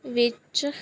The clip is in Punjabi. ਵਿੱਚ